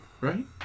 Right